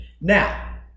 now